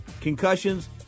concussions